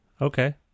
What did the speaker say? Okay